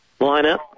lineup